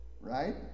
Right